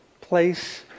place